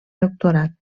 doctorat